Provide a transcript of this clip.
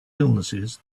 illnesses